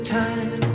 time